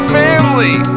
family